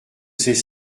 sais